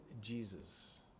Jesus